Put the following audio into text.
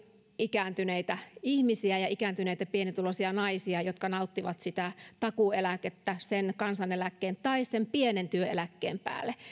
ikääntyneitä ihmisiä ja ikääntyneitä pienituloisia naisia jotka nauttivat sitä takuueläkettä kansaneläkkeen tai pienen työeläkkeen päälle